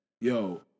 yo